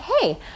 hey